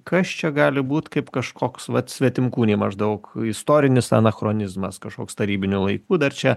kas čia gali būt kaip kažkoks vat svetimkūniai maždaug istorinis anachronizmas kažkoks tarybinių laikų dar čia